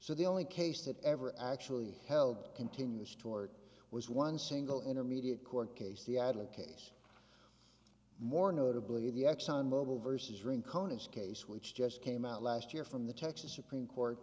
so the only case that ever actually held a continuous tort was one single intermediate court case the adler case more notably the exxon mobil vs ring conus case which just came out last year from the texas supreme court